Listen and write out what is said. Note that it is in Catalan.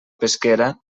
pesquera